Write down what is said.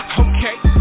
okay